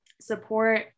support